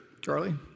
Charlie